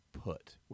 put